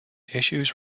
issues